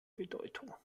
bedeutung